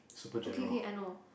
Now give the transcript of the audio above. okay okay I know